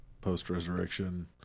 post-resurrection